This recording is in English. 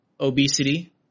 obesity